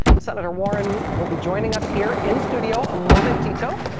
senator warren will be joining us here in studio momentito.